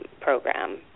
program